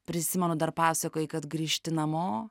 prisimenu dar pasakojai kad grįžti namo